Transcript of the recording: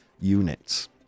units